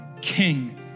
king